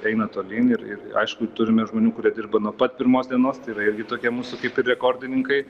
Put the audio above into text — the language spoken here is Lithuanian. eina tolyn ir ir aišku ir turime žmonių kurie dirba nuo pat pirmos dienos tai yra irgi tokie mūsų kaip ir rekordininkai